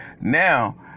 Now